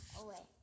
away